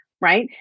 Right